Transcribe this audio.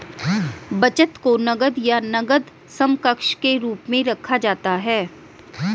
बचत को नकद या नकद समकक्ष के रूप में रखा जाता है